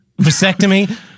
vasectomy